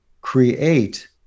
create